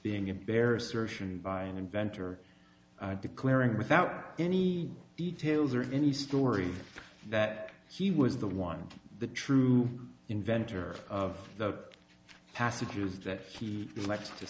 being a bare assertion by an inventor declaring without any details or any story that he was the one the true inventor of the passages that he likes to